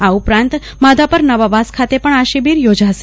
આ ઉપરાંત માધાપર નવાવાસ ખાતે પણ આ શિબિર યોજાશે